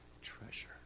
treasure